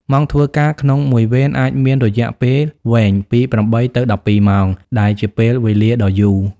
ម៉ោងធ្វើការក្នុងមួយវេនអាចមានរយៈពេលវែង ពី ៨ ទៅ ១២ ម៉ោង ដែលជាពេលវេលាដ៏យូរ។